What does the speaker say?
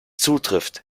zutrifft